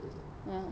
ya